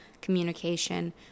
communication